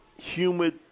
humid